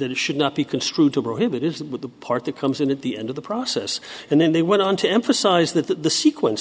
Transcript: that should not be construed to prohibit is that with the part that comes in at the end of the process and then they went on to emphasize that the sequence